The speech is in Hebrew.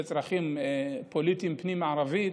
לצרכים פוליטיים פנים-ערביים,